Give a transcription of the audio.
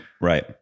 Right